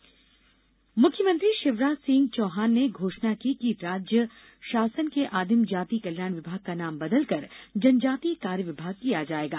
बिरसामुंडा जयंती मुख्यमंत्री शिवराज सिंह चौहान ने घोषणा की है कि राज्य शासन के आदिम जाति कल्याण विभाग का नाम बदलकर जनजातीय कार्य विभाग किया जाएगा